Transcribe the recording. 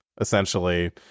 Essentially